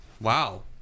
wow